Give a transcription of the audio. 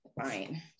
fine